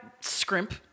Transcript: scrimp